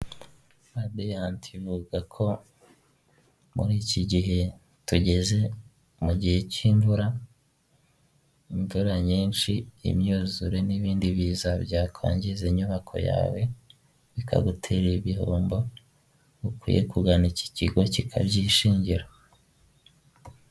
Radiyanti ivuga ko muri iki gihe tugeze mu gihe cy'imvura, imvura nyinshi, imyuzure n'ibindi biza byakwangiza inyubako yawe bikagutera ibihombo, ukwiye kugana iki kigo kikabyishingira.